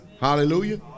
Hallelujah